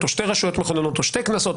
או לשתי רשויות מכוננות או לשתי כנסות,